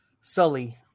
sully